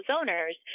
owners